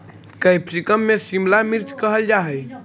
capsicum के शिमला मिर्च कहल जा हइ